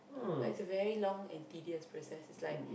but it's a very long and tedious process it's like